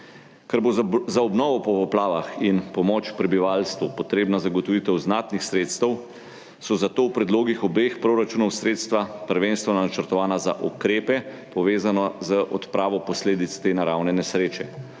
Ker bo za obnovo po poplavah in pomoč prebivalstvu potrebna zagotovitev znatnih sredstev, so zato v predlogih obeh proračunov sredstva prvenstveno načrtovana za ukrepe, povezane z odpravo posledic te naravne nesreče.